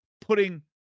putting